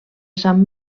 sant